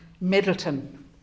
Middleton